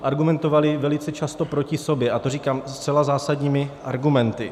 Argumentovala velice často proti sobě, a to říkám, i zcela zásadními argumenty.